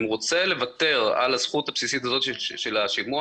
אם הוא רוצה לוותר על הזכות הבסיסית הזאת של השימוע,